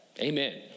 Amen